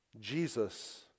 Jesus